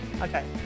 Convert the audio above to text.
Okay